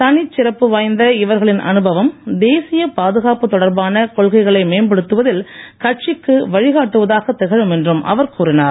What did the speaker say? தனிச்சிறப்ப வாய்ந்த இவர்களின் அனுபவம் தேசிய பாதுகாப்பு தொடர்பான கொள்கைகளை மேம்படுத்துவதில் கட்சிக்கு வழிகாட்டுவதாக திகழும் என்றும் அவர் கூறினார்